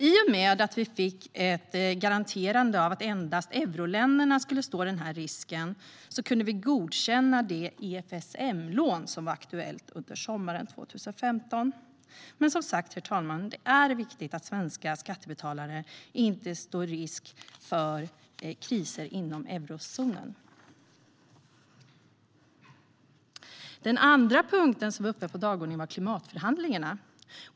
I och med att vi fick en garanti för att endast euroländerna skulle stå för risken kunde vi godkänna det EFSM-lån som var aktuellt under sommaren 2015. Det är viktigt att svenska skattebetalare inte står risk för kriser inom eurozonen. Den andra punkten som var uppe på dagordningen var klimatförhandlingarna.